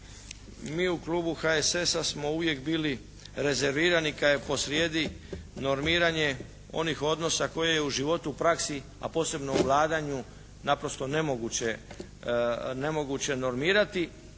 mi u klubu HSS-a smo uvijek bili rezervirani kada je posrijedi normiranje onih odnosa koje je u životu u praksi, a posebno u vladanju naprosto nemoguće normirati,